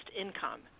income